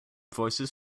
voices